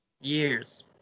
Years